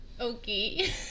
okay